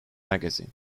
magazine